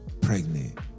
pregnant